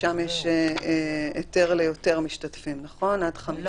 ששם יש היתר ליותר משתתפים עד 50, נכון?